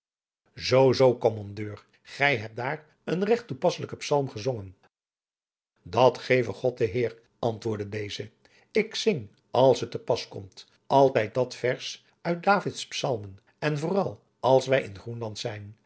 zoo zoo kommandeur gij hebt daar een regt toepasselijken psalm gezongen dat geve god de heer antwoordde deze ik zing als het te pas komt altijd dat vers uit davids psalmen en vooral als wij in groenland zijn